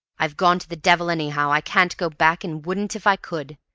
i've gone to the devil anyhow. i can't go back, and wouldn't if i could.